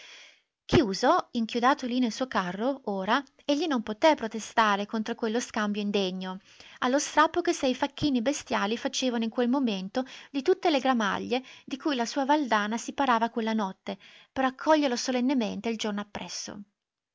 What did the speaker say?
chiuso inchiodato lì nel suo carro ora egli non poté protestare contro quello scambio indegno allo strappo che sei facchini bestiali facevano in quel momento di tutte le gramaglie di cui la sua valdana si parava quella notte per accoglierlo solennemente il giorno appresso